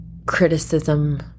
Criticism